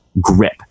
grip